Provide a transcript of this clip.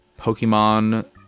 Pokemon